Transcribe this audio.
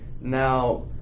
Now